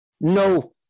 No